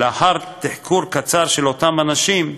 לאחר תחקור קצר של אותם אנשים,